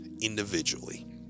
individually